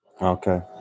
Okay